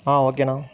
ஆ ஓகேண்ணா